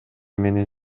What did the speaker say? менен